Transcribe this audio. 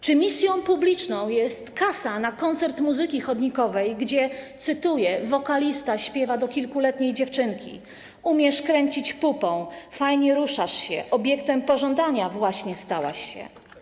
Czy misją publiczną jest kasa na koncert muzyki chodnikowej, gdzie wokalista śpiewa do kilkuletniej dziewczynki, cytuję: umiesz kręcić pupą i fajnie ruszasz się, obiektem pożądania właśnie stałaś się?